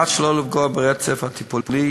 כדי שלא לפגוע ברצף הטיפולי,